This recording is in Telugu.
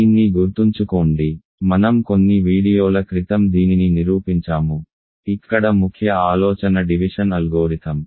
దీన్ని గుర్తుంచుకోండి మనం కొన్ని వీడియోల క్రితం దీనిని నిరూపించాము ఇక్కడ ముఖ్య ఆలోచన డివిషన్ అల్గోరిథం